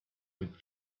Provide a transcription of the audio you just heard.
with